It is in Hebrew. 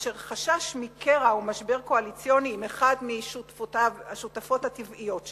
אשר חשש מקרע ומשבר קואליציוני עם אחת מהשותפות הטבעיות שלו,